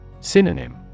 Synonym